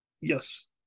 Yes